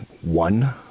one